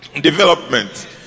Development